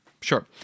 sure